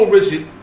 Richard